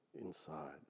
inside